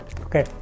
Okay